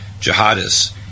jihadists